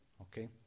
Okay